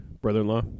brother-in-law